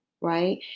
right